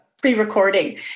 pre-recording